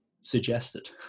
suggested